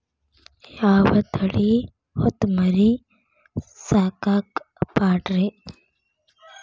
ಯಾವ ತಳಿ ಹೊತಮರಿ ಸಾಕಾಕ ಪಾಡ್ರೇ?